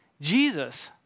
Jesus